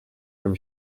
from